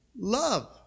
love